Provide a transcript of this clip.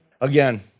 Again